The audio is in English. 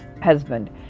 husband